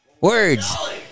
Words